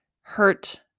hurt